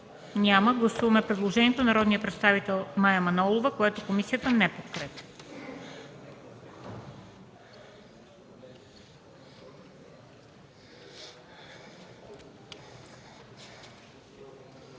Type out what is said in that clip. Няма. Гласуваме предложението на народния представител Мая Манолова, което комисията не подкрепя.